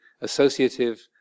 associative